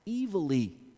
evilly